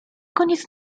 koniec